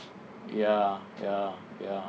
ya ya ya